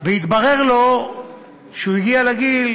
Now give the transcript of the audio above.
התברר לו שהוא הגיע לגיל